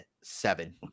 seven